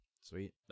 Sweet